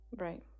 right